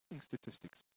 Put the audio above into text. statistics